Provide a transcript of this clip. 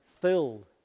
filled